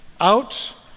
out